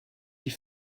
die